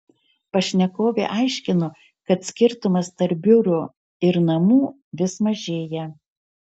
pašnekovė aiškino kad skirtumas tarp biuro ir namų vis mažėja